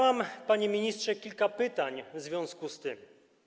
Mam, panie ministrze, kilka pytań w związku z tym.